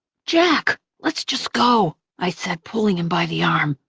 jack, let's just go, i said, pulling him by the arm.